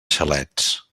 xalets